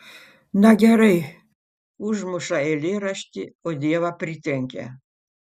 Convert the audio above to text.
na gerai užmuša eilėraštį o dievą pritrenkia